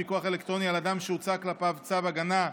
פיקוח אלקטרוני על אדם שהוצא כלפיו צו הגנה),